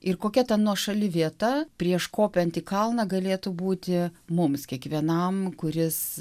ir kokia ta nuošali vieta prieš kopiant į kalną galėtų būti mums kiekvienam kuris